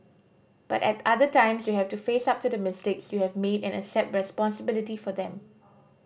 but at other times you have to face up to the mistakes you have made and accept responsibility for them